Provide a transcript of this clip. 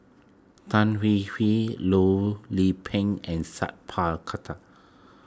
Tan Hwee Hwee Loh Lik Peng and Sat Pal Khattar